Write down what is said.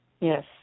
Yes